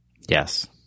yes